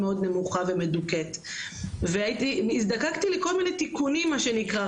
מאד מאוד נמוכה ומדוכאת והזדקקתי לכל מיני תיקונים מה שנקרא,